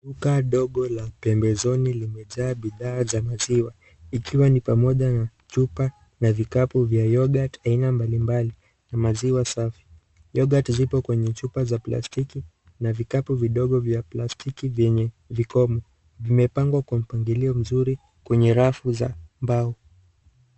Duka dogo la pembezoni limejaa bidhaa za maziwa ikiwa ni pamoja na chupa na vikapu vya yoghurt aina mabalimbali na maziwa safi yoghurt ziko kwenye chupa za plastiki na vikapu vidogo vya plastiki vyenye vikombe vimepangwa kwa mpangilio mzuri kwenye rafu za mbao.